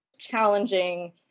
challenging